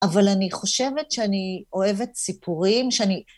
אבל אני חושבת שאני אוהבת סיפורים, שאני...